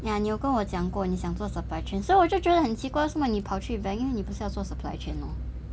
ya 你有跟我讲过你想做 supply chain 所以我就觉得很奇怪嘛为什么你跑去 bank 你不是要做 supply chain